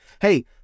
hey